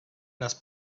les